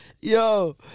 Yo